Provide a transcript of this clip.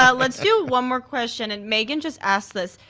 um let's do one more question, and megan just asked this.